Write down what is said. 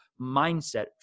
mindset